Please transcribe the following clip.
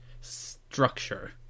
structure